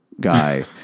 guy